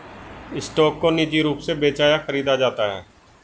stock को निजी रूप से बेचा या खरीदा जाता है